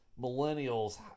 Millennials